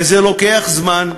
וזה לוקח זמן,